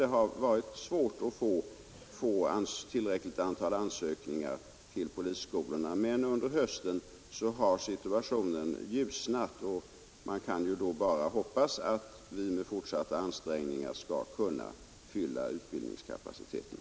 Det har varit svårt att få tillräckligt antal ansökningar till polisskolorna. Under hösten har emellertid situationen ljusnat, och man kan bara hoppas att vi med fortsatta ansträngningar skall kunna fylla utbildningskapaciteten.